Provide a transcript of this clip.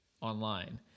online